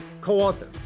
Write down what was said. co-author